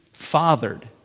fathered